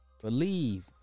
believe